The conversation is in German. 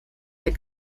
der